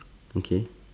okay